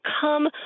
come